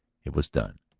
it was done.